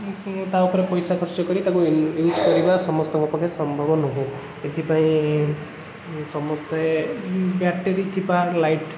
କିଏ ତା'ଉପରେ ପଇସା ଖର୍ଚ୍ଚକ ରି ତାକୁ ଇଉଜ୍ କରିବା ସମସ୍ତଙ୍କ ପକ୍ଷେ ସମ୍ଭବ ନୁହେଁ ଏଥିପାଇଁ ସମସ୍ତେ ବ୍ୟାଟେରୀ ଥିବା ଲାଇଟ୍